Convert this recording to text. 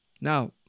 Now